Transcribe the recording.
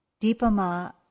Deepama